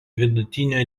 vidutinio